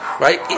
right